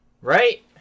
Right